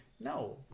No